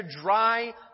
dry